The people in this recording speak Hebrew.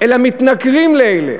אלא מתנכרים לאלה.